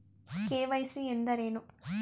KYC ಎಂದರೇನು?